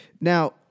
now